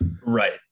Right